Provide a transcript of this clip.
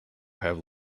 have